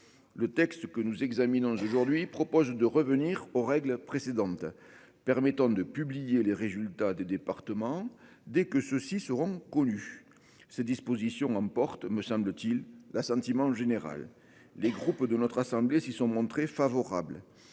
Le texte que nous examinons aujourd'hui propose de revenir aux règles précédentes. Permettant de publier les résultats des départements dès que ceux-ci seront connus ces dispositions emporte, me semble-t-il l'assentiment général. Les groupes de notre assemblée, s'y sont montrés favorables